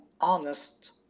honest